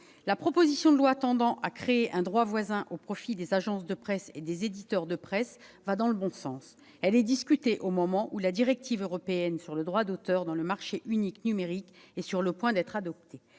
La proposition de loi tendant à créer un droit voisin au profit des agences de presse et des éditeurs de presse va dans le bon sens. Elle est discutée au moment où la directive européenne sur le droit d'auteur dans le marché unique numérique est sur le point d'être adoptée.